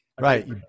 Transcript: Right